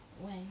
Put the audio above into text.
why